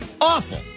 Awful